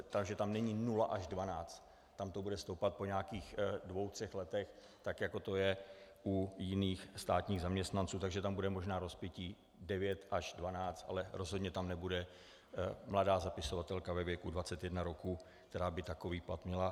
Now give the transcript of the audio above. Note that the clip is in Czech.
Takže tam není 012, tam to bude stoupat po nějakých dvou třech letech, tak jako to je u jiných státních zaměstnanců, takže tam bude možná rozpětí 912, ale rozhodně tam nebude mladá zapisovatelka ve věku 21 roků, která by takový plat měla.